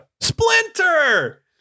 Splinter